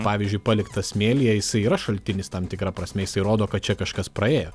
pavyzdžiui paliktas smėlyje jisai yra šaltinis tam tikra prasme jisai rodo kad čia kažkas praėjo